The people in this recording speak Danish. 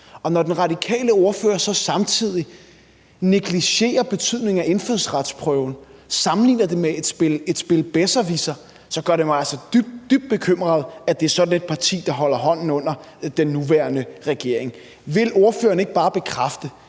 Og når den radikale ordfører så samtidig negligerer betydningen af indfødsretsprøven og sammenligner den med et spil Bezzerwisser, gør det mig altså dybt, dybt bekymret, at det er sådan et parti, der holder hånden under den nuværende regering. Vil ordføreren ikke bare bekræfte,